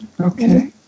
Okay